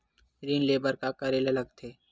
ऋण ले बर का करे ला लगथे?